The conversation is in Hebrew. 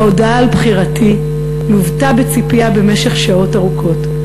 ההודעה על בחירתי לוותה בציפייה במשך שעות ארוכות,